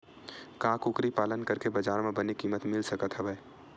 का कुकरी पालन करके बजार म बने किमत मिल सकत हवय?